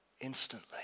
Instantly